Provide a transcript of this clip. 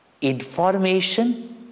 information